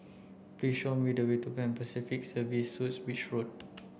please show me the way to Pan Pacific Serviced Suites Beach Road